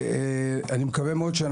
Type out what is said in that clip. אני רוצה להודות לך